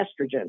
estrogen